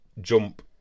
jump